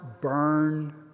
burn